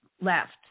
left